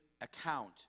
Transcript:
account